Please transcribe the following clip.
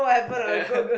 uh yeah